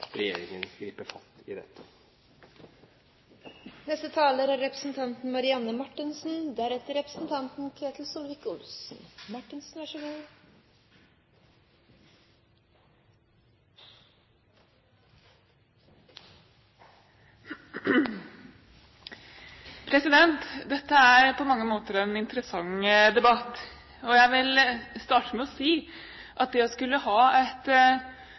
regjeringen griper fatt i dette. Dette er på mange måter en interessant debatt, og jeg vil starte med å si at det å skulle ha et